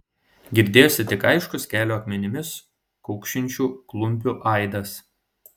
girdėjosi tik aiškus kelio akmenimis kaukšinčių klumpių aidas